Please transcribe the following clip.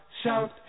shout